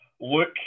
look